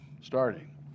starting